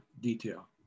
detail